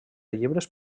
llibres